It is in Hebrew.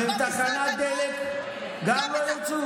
במסעדנות, גם בתחנת דלק לא ירצו?